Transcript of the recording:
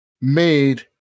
made